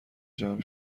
جمع